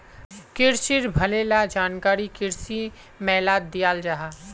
क्रिशिर भले ला जानकारी कृषि मेलात दियाल जाहा